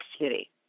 City